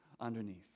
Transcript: underneath